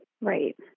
Right